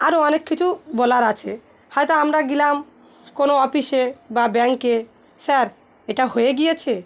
আরও অনেক কিছু বলার আছে হয়তো আমরা গেলাম কোনো অফিসে বা ব্যাঙ্কে স্যার এটা হয়ে গিয়েছে